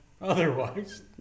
otherwise